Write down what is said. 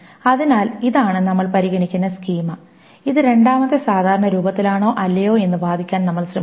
അതിനാൽ ഇതാണ് നമ്മൾ പരിഗണിക്കുന്ന സ്കീമ ഇത് രണ്ടാമത്തെ സാധാരണ രൂപത്തിലാണോ അല്ലയോ എന്ന് വാദിക്കാൻ നമ്മൾ ശ്രമിക്കും